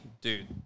dude